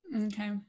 Okay